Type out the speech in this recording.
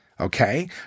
Okay